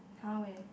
how eh